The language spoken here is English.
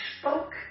spoke